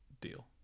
deal